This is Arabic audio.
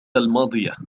الماضية